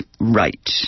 right